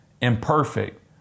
imperfect